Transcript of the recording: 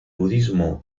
budismo